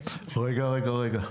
רגע, רגע, רגע.